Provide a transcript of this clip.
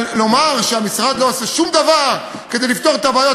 אבל לומר שהמשרד לא עושה שום דבר כדי לפתור את הבעיות,